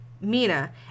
Mina